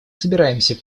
собираемся